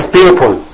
people